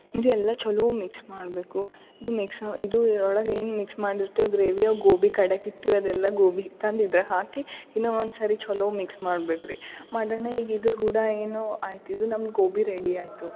ಅಂದ್ರೆ ಎಲ್ಲ ಚೊಲೋ ಮಿಕ್ಸ್ ಮಾಡಬೇಕು ಇದು ಮಿಕ್ಸ್ ಇದು ಒಳಗೆ ಏನು ಮಿಕ್ಸ್ ಮಾಡಿರ್ತೇವೆ ಗ್ರೇವಿ ಅವು ಗೋಬಿ ಕಡೆ ಇಟ್ಟು ಅದೆಲ್ಲಾ ಗೋಬಿ ತಂದು ಇದ್ರಾಗ ಹಾಕಿ ಇನ್ನೋ ಒಂದುಸರಿ ಚೊಲೋ ಮಿಕ್ಸ್ ಮಾಡ್ಬೇಕು ರೀ ಮಾಡೋಣ ಈಗ ಇದ್ರು ಕೂಡ ಏನು ಆಯ್ತು ಇದು ನಮ್ಮ ಗೋಬಿ ರೆಡಿ ಆಯಿತು